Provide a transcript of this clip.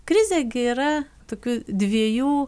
krizė gi yra tokių dviejų